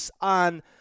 on